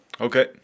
Okay